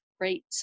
great